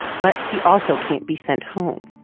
but he also can't be sent home.